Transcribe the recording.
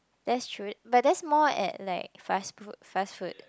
that's true but that's more at like fast food fast food